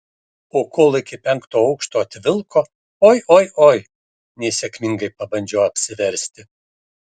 o kol iki penkto aukšto atvilko oi oi oi nesėkmingai pabandžiau apsiversti